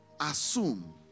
assume